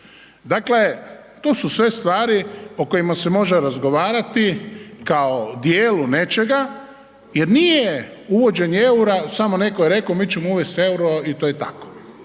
Dakle, to su sve stvari o kojima se može razgovarati kao o dijelu nečega jer nije uvođenje EUR-a, samo netko je rekao mi ćemo uvesti i to je tako.